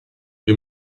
wir